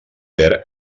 verd